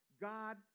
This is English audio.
God